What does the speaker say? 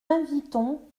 invitons